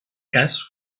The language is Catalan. cas